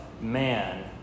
man